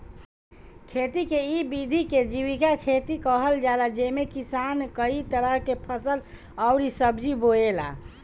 खेती के इ विधि के जीविका खेती कहल जाला जेमे किसान कई तरह के फसल अउरी सब्जी बोएला